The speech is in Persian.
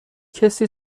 کسی